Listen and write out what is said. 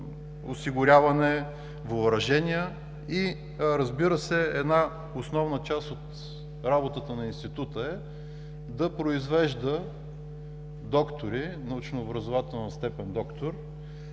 осигуряване, въоръжения. Една основна част от работата на Института е да произвежда научно-образователна степен „доктор“,